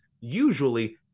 usually